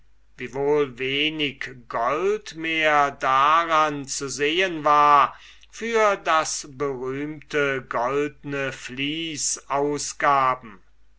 wiewohl wenig gold mehr daran zu sehen war für das berühmte goldne vließ ausgaben